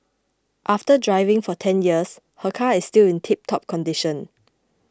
after driving for ten years her car is still in tiptop condition